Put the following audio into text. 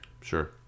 Sure